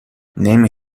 نمی